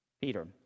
Peter